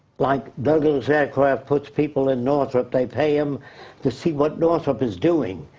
like douglas aircraft puts people in northrop. they pay him to see what northrop is doing.